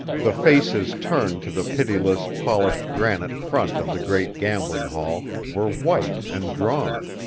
the faces turned to the pitiless, polished granite front of the great gambling-hall were white and drawn,